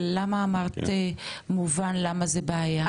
אבל למה אמרת מובן למה זה בעיה?